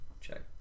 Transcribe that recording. Check